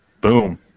Boom